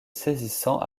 saisissant